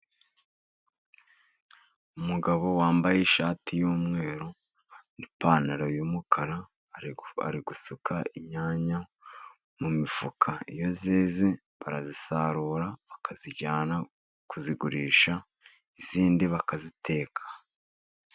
Umugabo wambaye ishati y'umweru, n'ipantaro y'umukara, ari gusuka inyanya mu mifuka. Iyo zeze barazisarura bakazijyana kuzigurisha, izindi bakaziteka.